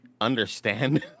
understand